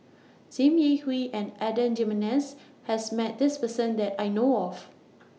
SIM Yi Hui and Adan Jimenez has Met This Person that I know of